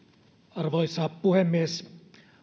arvoisa puhemies